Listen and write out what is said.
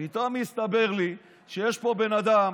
פתאום הסתבר לי שיש פה בן אדם,